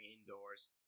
indoors